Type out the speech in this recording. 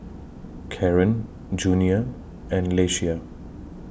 Caron Junia and Leshia